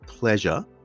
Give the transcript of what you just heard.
pleasure